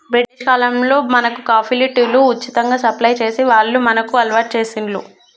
British కాలంలో మనకు కాఫీలు, టీలు ఉచితంగా సప్లై చేసి వాళ్లు మనకు అలవాటు చేశిండ్లు